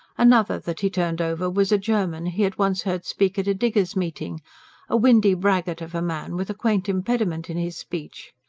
another that he turned over was a german he had once heard speak at a diggers' meeting a windy braggart of a man, with a quaint impediment in his speech.